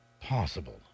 possible